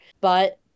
But-